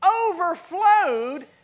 overflowed